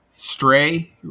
Stray